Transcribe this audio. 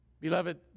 Beloved